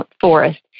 forest